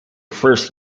first